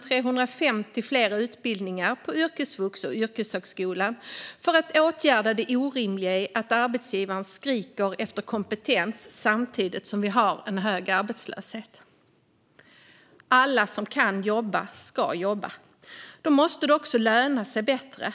350 fler utbildningar på yrkesvux och yrkeshögskolan för att åtgärda det orimliga i att arbetsgivare skriker efter kompetens samtidigt som vi har hög arbetslöshet. Alla som kan jobba ska jobba. Då måste det också löna sig bättre.